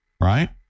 Right